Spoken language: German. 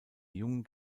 jungen